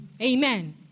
Amen